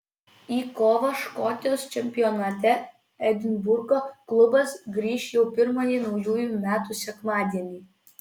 į kovą škotijos čempionate edinburgo klubas grįš jau pirmąjį naujųjų metų sekmadienį